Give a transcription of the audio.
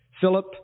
Philip